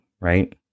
right